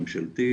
ממשלתית.